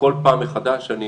וכל פעם מחדש אני